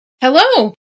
Hello